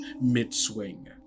mid-swing